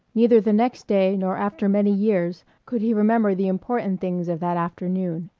neither the next day nor after many years, could he remember the important things of that afternoon.